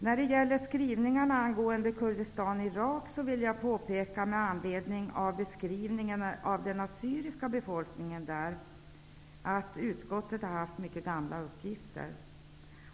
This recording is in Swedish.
När det gäller irakiska Kurdistan och beskrivningen av den assyriska befolkningen vill jag påpeka att utskottet har haft mycket gamla uppgifter.